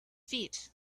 feet